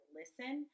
listen